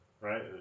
right